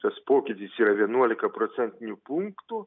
tas pokytis yra vienuolika procentinių punktų